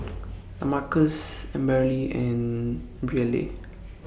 Lamarcus Amberly and Brielle